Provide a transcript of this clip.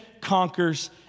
conquers